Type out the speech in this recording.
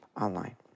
online